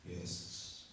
Yes